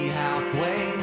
halfway